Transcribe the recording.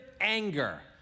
anger